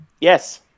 Yes